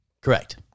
Correct